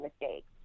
mistakes